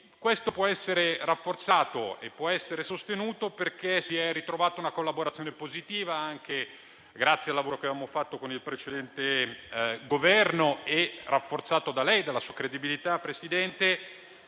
questo può essere rafforzato e può essere sostenuto, perché si è ritrovata una collaborazione positiva anche grazie al lavoro che avevamo fatto con il precedente Governo e rafforzato da lei e dalla sua credibilità, Presidente.